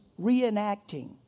reenacting